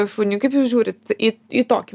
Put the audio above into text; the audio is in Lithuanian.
šuniui kaip jūs žiūrit į į tokį